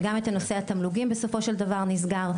וגם את נושא התמלוגים בסופו של דבר נסגר,